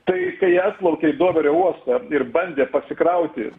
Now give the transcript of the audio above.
tai kai atplaukė į doverio uostą ir bandė pasikrauti